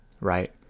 right